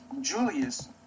Julius